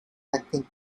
acting